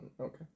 okay